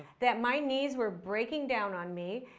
that my knees were breaking down on me.